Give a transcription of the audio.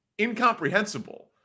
incomprehensible